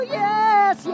yes